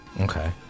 Okay